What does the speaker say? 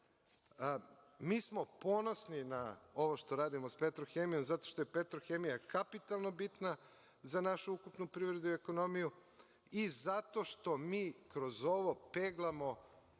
mi smo ponosni na ovo što radimo s „Petrohemijom“ zato što je „Petrohemija“ kapitalno bitna za našu ukupnu privredu i ekonomiju i zato što mi kroz ovo peglamo